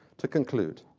to conclude,